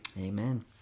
Amen